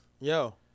Yo